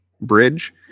bridge